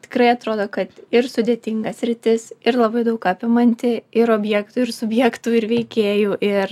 tikrai atrodo kad ir sudėtinga sritis ir labai daug apimanti ir objektų ir subjektų ir veikėjų ir